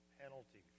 penalty